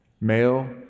Male